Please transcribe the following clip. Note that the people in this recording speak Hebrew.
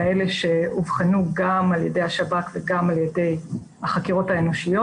כאלה שאובחנו גם על ידי השב"כ וגם על ידי החקירות האנושיות,